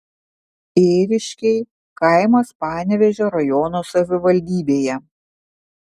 ėriškiai kaimas panevėžio rajono savivaldybėje